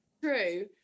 true